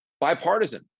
Bipartisan